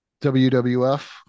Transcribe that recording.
WWF